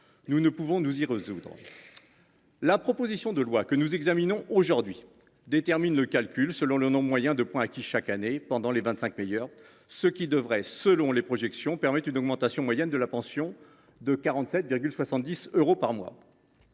Nous ne pouvons nous y résoudre. La proposition de loi que nous examinons aujourd’hui détermine le calcul selon le nombre moyen de points acquis pendant chacune des vingt cinq meilleures années, ce qui devrait, selon les projections, permettre une augmentation moyenne de la pension de 47,70 euros par mois.